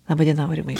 laba diena aurimai